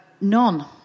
None